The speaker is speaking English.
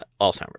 Alzheimer's